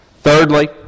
Thirdly